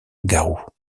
garou